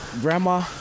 Grandma